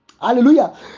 Hallelujah